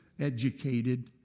educated